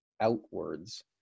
outwards